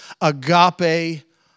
agape